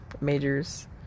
majors